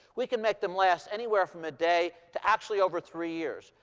we can make them last anywhere from a day to actually over three years.